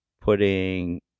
putting